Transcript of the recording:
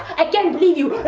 i can't believe you!